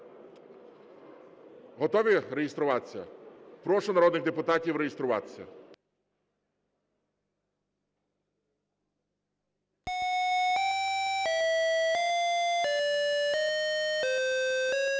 Готові реєструватися? Прошу народних депутатів реєструватися. 10:06:42 У залі